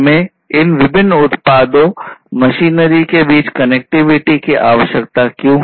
हमें इन विभिन्न उत्पादों मशीनरी के बीच कनेक्टिविटी की आवश्यकता क्यों है